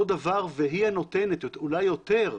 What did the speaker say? אותו דבר, והיא הנותנת, אולי יותר,